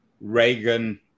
Reagan